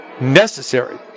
necessary